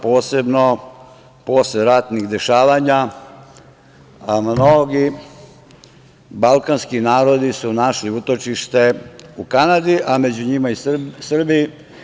Posebno posle ratnih dešavanja mnogi balkanski narodi su našli utočište u Kanadi, a među njima i Srbi.